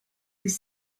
could